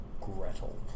Gretel